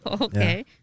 Okay